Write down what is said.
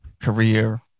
Career